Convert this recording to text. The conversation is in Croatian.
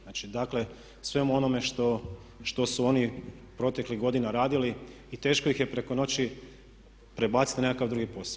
Znači dakle svemu onome što su oni proteklih godina radili i teško ih je preko noći prebaciti na nekakav drugi posao.